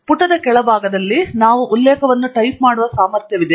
ಪುಟದ ಕೆಳಭಾಗದಲ್ಲಿ ನಾವು ಉಲ್ಲೇಖವನ್ನು ಟೈಪ್ ಮಾಡುವ ಸಾಮರ್ಥ್ಯವಿದೆ